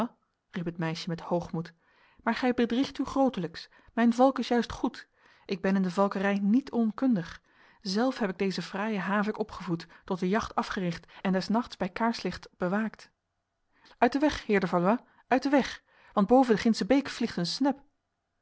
riep het meisje met hoogmoed maar gij bedriegt u grotelijks mijn valk is juist goed ik ben in de valkerij niet onkundig zelf heb ik deze fraaie havik opgevoed tot de jacht afgericht en des nachts bij kaarslicht bewaakt uit de weg heer de valois uit de weg want boven gindse beek vliegt een snep